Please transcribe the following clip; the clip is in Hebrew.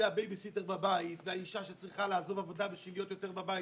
הבייביסיטר בבית והאישה שצריכה לעזוב עבודה כדי להיות יותר בבית